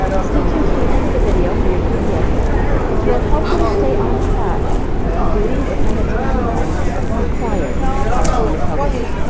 stay tuned to the end of the video for your free gift which will help you to stay on track with the duties and the timeline required for california probate.